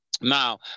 Now